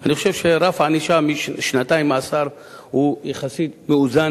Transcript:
אני חושב שרף ענישה של שנתיים מאסר הוא יחסית מאוזן,